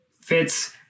fits